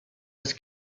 was